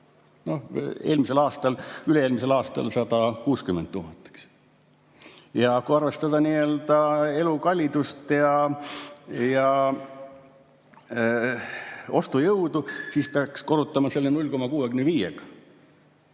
eelmisel aastal! –, üle-eelmisel aastal 160 000. Ja kui arvestada elukallidust ja ostujõudu, siis peaks korrutama selle 0,65-ga.